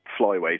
flyweight